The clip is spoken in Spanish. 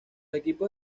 equipos